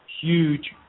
huge